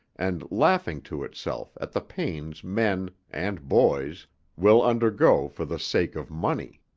and laughing to itself at the pains men and boys will undergo for the sake of money.